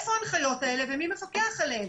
איפה ההנחיות האלה ומי מפקח עליהן?